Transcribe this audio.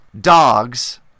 dogs